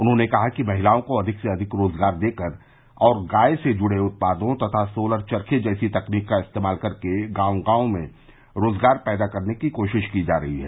उन्होंने कहा कि महिलाओं को अधिक से अधिक रोजगार देकर और गाय से जुड़े उत्पादों तथा सोलर चर्खे जैसी तकनीक का इस्तेमाल करके गांव गांव में रोजगार पैदा करने की कोशिश की जा रही है